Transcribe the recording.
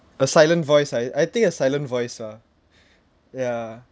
a silent voice ah I think a silent voice ah ya